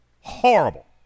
Horrible